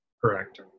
Correct